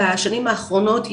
בשנים האחרונות,